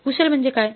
कुशल म्हणजे काय